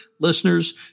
listeners